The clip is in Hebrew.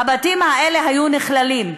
הבתים האלה היו נכללים.